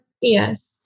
Yes